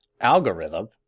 algorithm